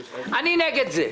אני נגד זה.